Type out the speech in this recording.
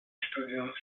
studiums